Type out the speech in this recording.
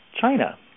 China